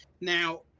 now